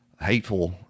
hateful